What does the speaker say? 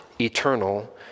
eternal